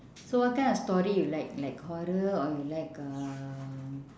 so what kind of story you like like horror or you like um